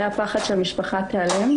היה פחד שהמשפחה תיעלם,